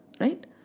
right